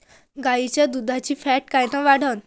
गाईच्या दुधाची फॅट कायन वाढन?